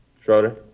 Schroeder